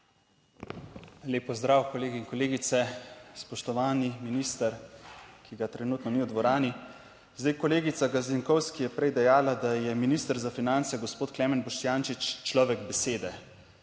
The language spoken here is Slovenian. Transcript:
Lep pozdrav, kolegi in kolegice, spoštovani minister, ki ga trenutno ni v dvorani! Zdaj, kolegica Gazinkovski je prej dejala, da je minister za finance gospod Klemen Boštjančič človek besede.